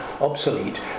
obsolete